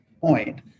point